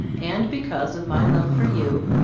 and because of my love for you,